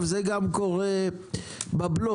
זה גם קורה בבלו.